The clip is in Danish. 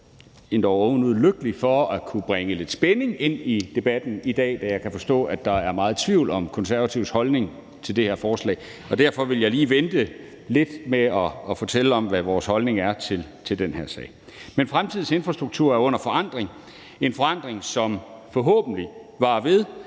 endog ovenud lykkelig for at kunne bringe lidt spænding ind i debatten i dag, da jeg kan forstå, at der er meget tvivl om Konservatives holdning til det her forslag, og derfor vil jeg lige vente lidt med at fortælle, hvad vores holdning er til den her sag. Men fremtidens infrastruktur er under forandring – en forandring, som forhåbentlig varer ved,